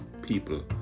people